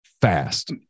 fast